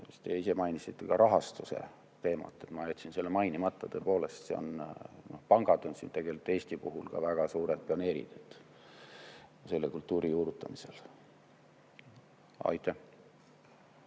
te ise mainisite ka rahastuse teemat. Ma jätsin selle mainimata. Tõepoolest, pangad on siin tegelikult Eesti puhul ka väga suured pioneerid selle kultuuri juurutamisel. Aitäh!